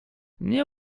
nie